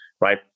right